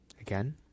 Again